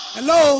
Hello